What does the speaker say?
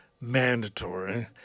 mandatory